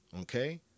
okay